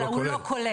אלא הוא לא כולל.